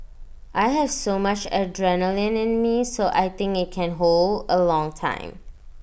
I have so much adrenaline in me so I think IT can hold A long time